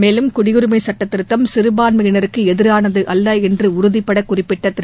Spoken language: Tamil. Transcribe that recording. மேலும் குடியுரிமை சட்டத்திருத்தம் சிறுபான்மையினருக்கு எதிரானது அல்ல என்று உறுதிபட குறிப்பிட்ட திரு